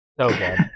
okay